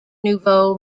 nouveau